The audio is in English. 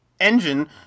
engine